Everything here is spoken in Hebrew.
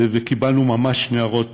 וקיבלנו ניירות